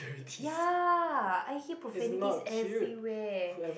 yeah I hear profanities everywhere